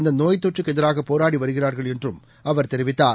இந்தநோய் தொற்றுக்குஎதிராகபோராடிவருகிறார்கள் என்றும் அவர் தெரிவித்தார்